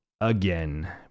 again